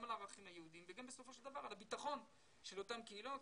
גם על הערכים היהודיים וגם בסופו של דבר על הביטחון של אותן קהילות.